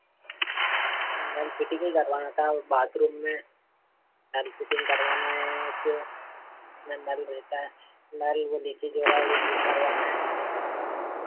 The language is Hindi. नल फिटिंग ही करवाना था बाथरूम में नल फिटिंग करवाना है और क्या में नल रहता है नल जो नीचे जोड़ा है वो ठीक करवाना है